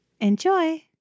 Enjoy